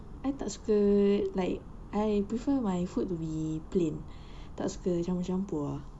I tak suka like I prefer my food to be plain tak suka campur-campur ah